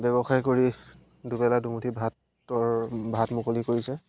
ব্যৱসায় কৰি দুবেলা দুমুঠি ভাতৰ ভাত মুকলি কৰিছে